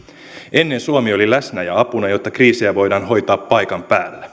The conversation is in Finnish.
ennen suomi oli läsnä ja apuna jotta kriisejä voidaan hoitaa paikan päällä